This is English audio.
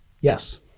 Yes